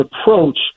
approach